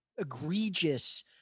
egregious